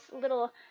little